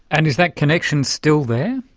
and is that connection still there?